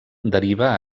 deriva